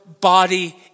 body